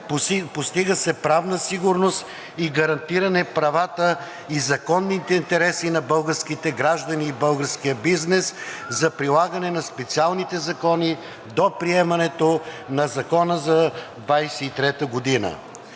постигна се правна сигурност и гарантиране правата и законните интереси на българските граждани и българския бизнес за прилагане на специалните закони до приемането на Закона за 2023 г.